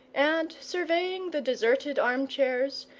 and, surveying the deserted armchairs,